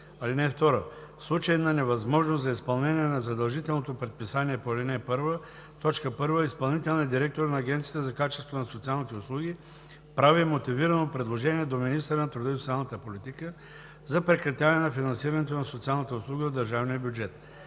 (2) В случай на невъзможност за изпълнение на задължителното предписание по ал. 1, т. 1 изпълнителният директор на Агенцията за качеството на социалните услуги прави мотивирано предложение до министъра на труда и социалната политика за прекратяване на финансирането на социалната услуга от държавния бюджет.